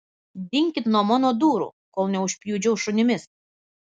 dinkit nuo mano durų kol neužpjudžiau šunimis